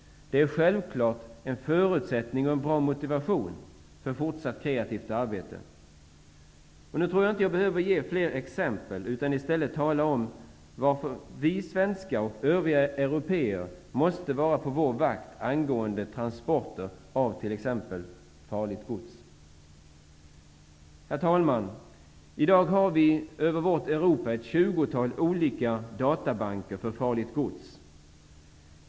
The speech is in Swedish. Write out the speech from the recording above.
Det är självklart en förutsättning och en bra motivation för fortsatt kreativt arbete. Jag tror inte att jag behöver ge flera exempel, utan jag skall i stället tala om varför vi svenskar och övriga européer måste vara på vår vakt angående transporter av t.ex. farligt gods. Herr talman! I dag har vi i Europa ett tjugotal olika databanker för farligt gods.